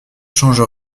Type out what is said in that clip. change